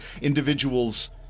individuals